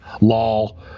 lol